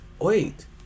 Wait